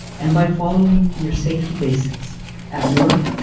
and by following your safety basics at work,